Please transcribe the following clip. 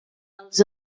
els